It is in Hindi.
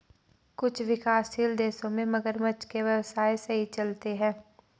कुछ विकासशील देशों में मगरमच्छ के व्यवसाय सही चलते हैं